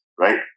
right